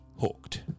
hooked